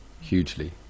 hugely